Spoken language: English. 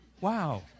Wow